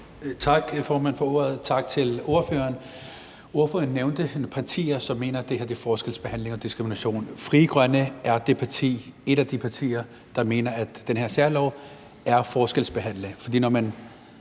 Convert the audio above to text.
Tak for ordet, formand, og tak til ordføreren. Ordføreren nævnte nogle partier, som mener, at det her er forskelsbehandling og diskrimination. Frie Grønne er et af de partier, der mener, at den her særlov betyder, at man forskelsbehandler.